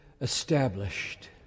established